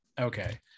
okay